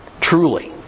Truly